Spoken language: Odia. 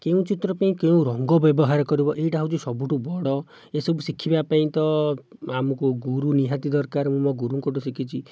କେଉଁ ଚିତ୍ର ପାଇଁ କେଉଁ ରଙ୍ଗ ବ୍ୟବହାର କରିବ ଏଇଟା ହେଉଛି ସବୁଠୁ ବଡ଼ ଏସବୁ ଶିଖିବା ପାଇଁ ତ ଆମକୁ ଗୁରୁ ନିହାତି ଦରକାର ମୁଁ ମୋ' ଗୁରୁଙ୍କଠାରୁ ଶିଖିଛି